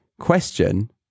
Question